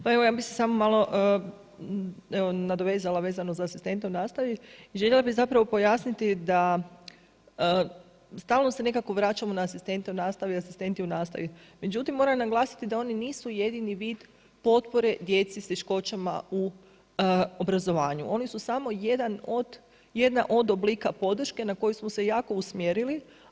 Pa evo ja bih se samo nadovezala vezano za asistenta u nastavi, željela bi pojasniti da stalno se nekako vraćamo na asistente u nastavi, asistenti u nastavi, međutim moram naglasiti da oni nisu jedini vid potpore djeci s teškoćama u obrazovanju, oni su samo jedna od oblika podrške na koju smo se jako usmjerili.